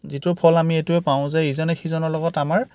যিটোৰ ফল আমি এইটোৱেই পাওঁ যে ইজনে সিজনৰ লগত আমাৰ